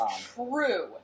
true